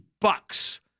bucks